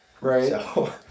Right